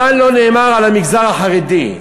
מה לא נאמר על המגזר החרדי?